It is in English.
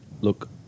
Look